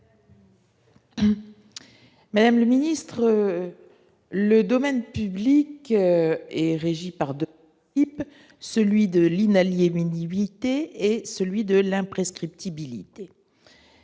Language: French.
Même le ministre. Le domaine public est régi par de type, celui de l'inaliénabilité et celui de l'imprescriptibilité.